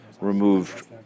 removed